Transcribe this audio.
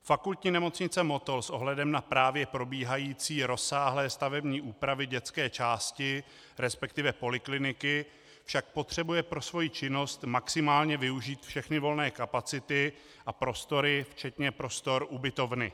Fakultní nemocnice Motol s ohledem na právě probíhající rozsáhlé stavební úpravy dětské části, resp. polikliniky, však potřebuje pro svoji činnost maximálně využít všechny volné kapacity a prostory včetně prostor ubytovny.